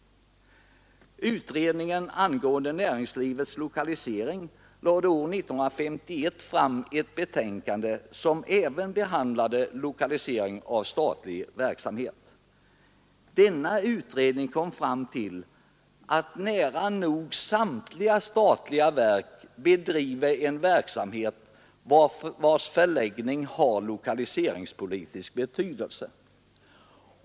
Utredningen angående näringslivets lokalisering lade år 1951 fram ett betänkande som även behandlade lokalisering av statlig verksamhet. Denna utredning kom fram till att nära nog samtliga statliga verk bedriver en verksamhet vars förläggning har lokaliseringspolitisk betydelse.